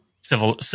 civil